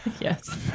Yes